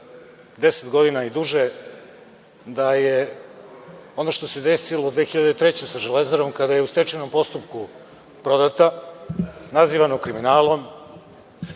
deset godina i duže toga da je ono što se desilo 2003. godine sa „Železarom“, kada je u stečajnom postupku prodata, nazivano kriminalom,